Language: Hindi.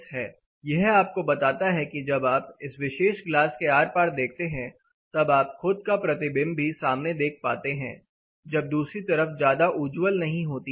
यह आपको बताता है कि जब आप इस विशेष ग्लास के आर पार देखते हैं तब आप खुद का प्रतिबिंब भी इसमें देख पाते हैं जब दूसरी तरफ ज्यादा उज्जवल नहीं होती है